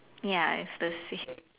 ya it's the same